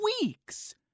weeks